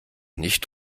nicht